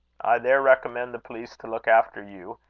there recommend the police to look after you,